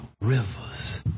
rivers